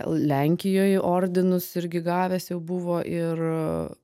lenkijoj ordinus irgi gavęs jau buvo ir